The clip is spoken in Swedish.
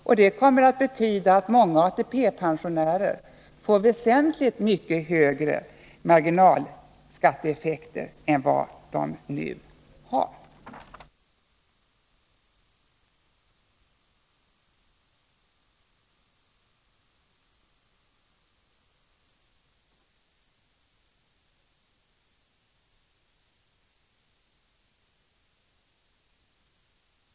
Och det kommer att betyda att många ATP-pensionärer får väsentligt mycket högre marginalskatteeffekter än vad de nu har.